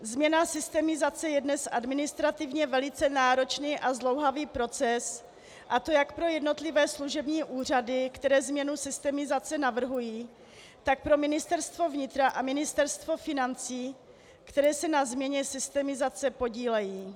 Změna systemizace je dnes administrativně velice náročný a zdlouhavý proces, a to jak pro jednotlivé služební úřady, které změnu systemizace navrhují, tak pro Ministerstvo vnitra a Ministerstvo financí, která se na změně systemizace podílejí.